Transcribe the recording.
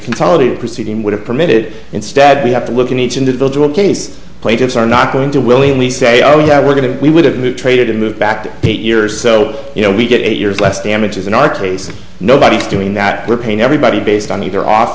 consolidated proceeding would have permitted instead we have to look at each individual case plaintiffs are not going to willingly say oh yeah we're going to we would have new trader to move back to eight years so you know we get eight years less damages in our case nobody's doing that we're paying everybody based on either off